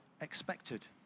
expected